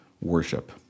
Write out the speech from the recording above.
worship